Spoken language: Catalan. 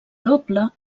doble